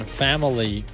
family